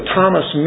Thomas